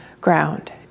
ground